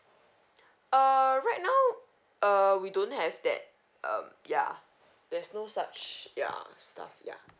err right now err we don't have that um ya there's no such ya stuff ya